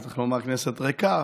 צריך לומר כנסת ריקה,